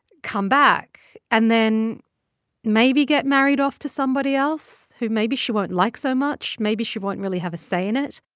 come back and then maybe get married off to somebody else, who maybe she won't like so much maybe she won't really have a say in it